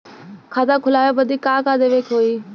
खाता खोलावे बदी का का देवे के होइ?